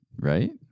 Right